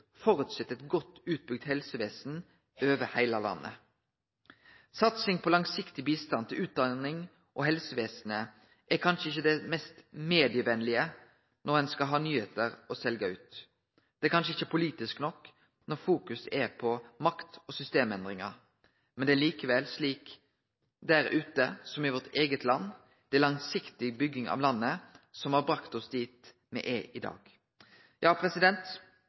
eit godt utbygt helsevesen over heile landet Satsing på langsiktig bistand til utdanning og helsevesen er kanskje ikkje det mest «medievenlege» når ein skal ha nyheiter å selje ut. Det er kanskje ikkje «politisk» nok når ein fokuserer på makt- og systemendringar. Det er likevel slik der ute som i vårt eige land: Det er langsiktig bygging av landet som har bringa oss dit me er i dag.